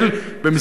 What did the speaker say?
במשרד החינוך,